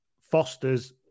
Foster's